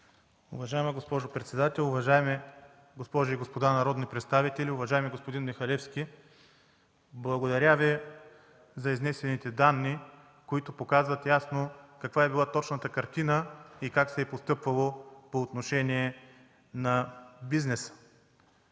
Уважаема госпожо председател, уважаеми госпожи и господа народни представители! Уважаеми господин Михалевски, благодаря Ви за изнесените данни, които показват ясно каква е била точната картина и как се е постъпвало по отношение на бизнеса.